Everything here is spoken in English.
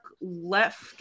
left